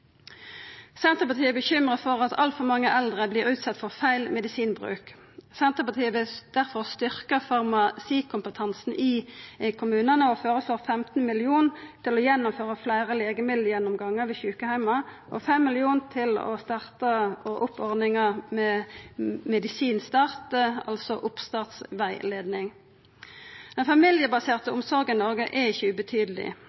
Senterpartiet er bekymra for at altfor mange eldre vert utsette for feil medisinbruk. Senterpartiet vil difor styrkja farmasikompetansen i kommunane og føreslår 15 mill. kr til å gjennomføra fleire legemiddelgjennomgangar ved sjukeheimar og 5 mill. kr til å starta opp ordninga Medisinstart, altså oppstartsrettleiing. Den familiebaserte